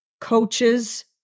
coaches